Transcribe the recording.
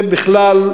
זה בכלל,